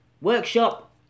workshop